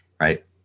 right